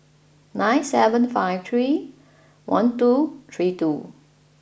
nine seven five three one two three two